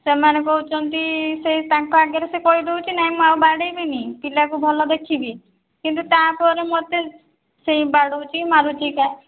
ସେମାନେ କହୁଛନ୍ତି ସେଇ ତାଙ୍କ ଆଗରେ ସେ କହିଦେଉଛି ନାଇଁ ମୁଁ ଆଉ ବାଡ଼େଇବିନି ପିଲାକୁ ଭଲ ଦେଖିବି କିନ୍ତୁ ତା'ପରେ ମୋତେ ସେଇ ବାଡ଼ଉଛି ମାରୁଛି ଏକା